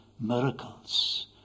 miracles